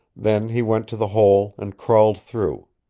then he went to the hole and crawled through.